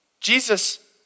Jesus